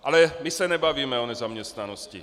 Ale my se nebavíme o nezaměstnanosti.